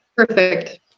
perfect